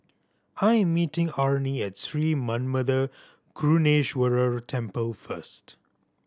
I am meeting Arnie at Sri Manmatha Karuneshvarar Temple first